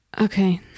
okay